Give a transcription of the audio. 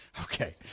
Okay